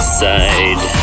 side